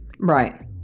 Right